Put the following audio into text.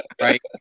right